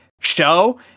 show